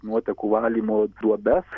nuotekų valymo duobes